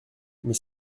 mais